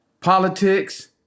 politics